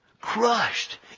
crushed